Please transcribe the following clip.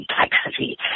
complexity